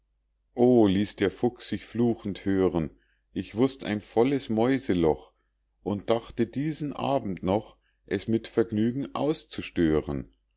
o ließ der fuchs sich fluchend hören ich wußt ein volles mäuseloch und dachte diesen abend noch es mit vergnügen auszustören